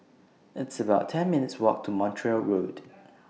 It's about ten minutes' Walk to Montreal Road